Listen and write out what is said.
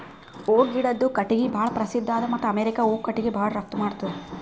oak ಗಿಡದು ಕಟ್ಟಿಗಿ ಭಾಳ್ ಪ್ರಸಿದ್ಧ ಅದ ಮತ್ತ್ ಅಮೇರಿಕಾ ಓಕ್ ಕಟ್ಟಿಗಿ ಭಾಳ್ ರಫ್ತು ಮಾಡ್ತದ್